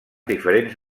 diferents